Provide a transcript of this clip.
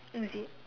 is it